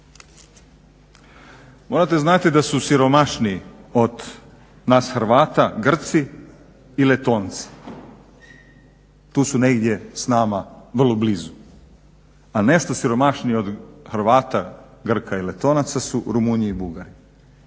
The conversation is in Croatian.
Morate znati da su siromašniji od nas Hrvata Grci i Letonci, tu su negdje s nama vrlo blizu, a nešto siromašniji od Hrvata, Grka i Letonaca su Rumunji i Bugari.